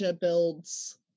builds